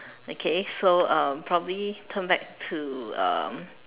okay so um probably turn back to um